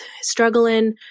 struggling